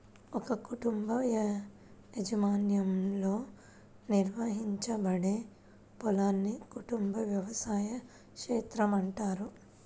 ఒక కుటుంబ యాజమాన్యంలో నిర్వహించబడే పొలాన్ని కుటుంబ వ్యవసాయ క్షేత్రం అంటారు